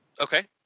Okay